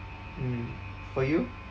mm for you